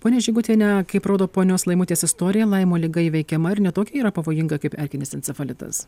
ponia žigutiene kaip rodo ponios laimutės istorija laimo liga įveikiama ir ne tokia yra pavojinga kaip erkinis encefalitas